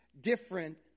different